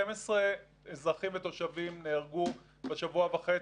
12 אזרחים ותושבים נהרגו בשבוע וחצי,